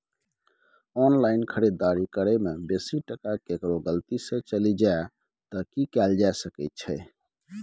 Online खरीददारी करै में बेसी टका केकरो गलती से चलि जा त की कैल जा सकै छै?